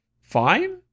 fine